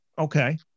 Okay